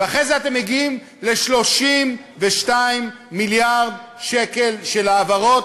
ואחרי זה אתם מגיעים ל-32 מיליארד שקל של העברות